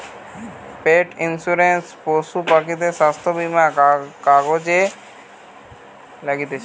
পেট insurance পশু পাখিদের স্বাস্থ্য বীমা কাজে লাগতিছে